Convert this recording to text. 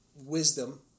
wisdom